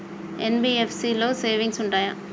NBFC లో savings ఉంటయా?